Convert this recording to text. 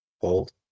Hold